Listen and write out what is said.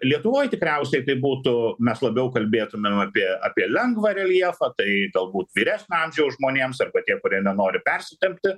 lietuvoj tikriausiai tai būtų mes labiau kalbėtumėm apie apie lengvą reljefą tai galbūt vyresnio amžiaus žmonėms arba tie kurie nenori persitempti